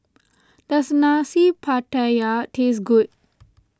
does Nasi Pattaya taste good